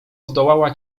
zdołała